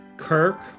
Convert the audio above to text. Kirk